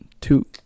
two